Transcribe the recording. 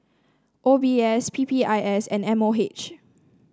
O B S P P I S and M O H